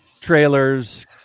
trailers